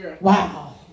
Wow